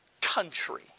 country